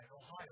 Ohio